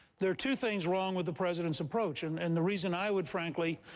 there are two things wrong with the president's approach. and and the reason i would, frankly,